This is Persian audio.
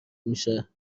میشه